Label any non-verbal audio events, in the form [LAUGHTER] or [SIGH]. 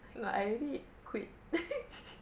so I already quit [LAUGHS]